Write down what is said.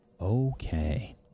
Okay